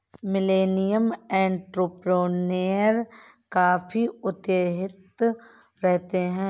millennial entrepreneur काफी उत्साहित रहते हैं